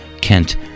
Kent